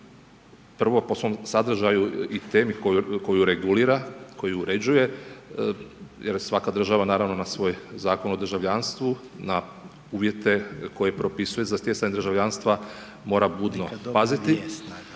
Prvo po svom sadržaju i temi koju regulira, koji uređuje, jer svaka država naravno na svoj Zakon o državljanstvu, na uvjete koje propisuje za stjecanje državljanstva, mora budno paziti,